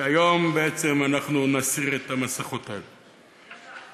והיום בעצם אנחנו נסיר את המסכות האלה.